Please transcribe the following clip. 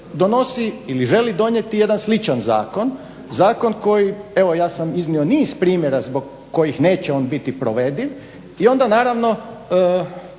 donosi ili želi donijeti jedan sličan zakon, zakon koji evo ja sam iznio niz primjera zbog kojih on neće biti provediv i onda naravno